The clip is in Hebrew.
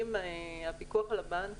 הפיקוח על הבנקים,